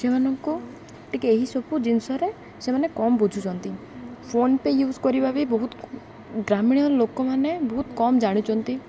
ସେମାନଙ୍କୁ ଟିକେ ଏହିସବୁ ଜିନିଷରେ ସେମାନେ କମ୍ ବୁଝୁଛନ୍ତି ଫୋନ୍ପେ ୟୁଜ୍ କରିବା ବି ବହୁତ ଗ୍ରାମୀଣ ଲୋକମାନେ ବହୁତ କମ୍ ଜାଣୁଛନ୍ତି